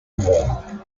worn